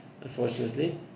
unfortunately